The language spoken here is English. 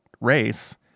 race